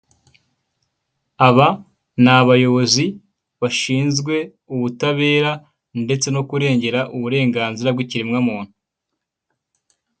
Aba ni abayobozi bashinzwe ubutabera, ndetse no kurengera uburenganzira bw'ikiremwa muntu.